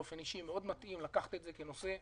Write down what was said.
מתאים לקחת את זה כנושא,